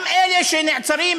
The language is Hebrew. גם אלה שנעצרו